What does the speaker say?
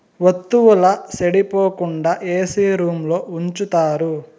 వత్తువుల సెడిపోకుండా ఏసీ రూంలో ఉంచుతారు